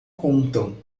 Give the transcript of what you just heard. contam